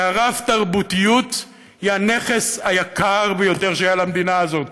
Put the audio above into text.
כי הרב-תרבותיות היא הנכס היקר ביותר שהיה למדינה הזאת,